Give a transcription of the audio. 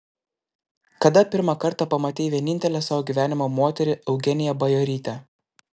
kada pirmą kartą pamatei vienintelę savo gyvenimo moterį eugeniją bajorytę